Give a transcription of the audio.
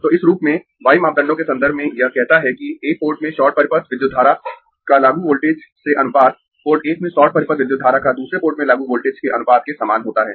तो इस रूप में y मापदंडों के संदर्भ में यह कहता है कि एक पोर्ट में शॉर्ट परिपथ विद्युत धारा का लागू वोल्टेज से अनुपात पोर्ट एक में शॉर्ट परिपथ विद्युत धारा का दूसरे पोर्ट में लागू वोल्टेज से अनुपात के समान होता है